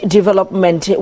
Development